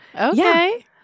Okay